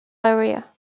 area